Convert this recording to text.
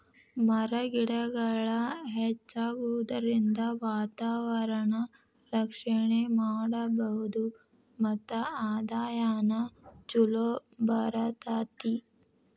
ಮರ ಗಿಡಗಳ ಹೆಚ್ಚಾಗುದರಿಂದ ವಾತಾವರಣಾನ ರಕ್ಷಣೆ ಮಾಡಬಹುದು ಮತ್ತ ಆದಾಯಾನು ಚುಲೊ ಬರತತಿ